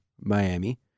Miami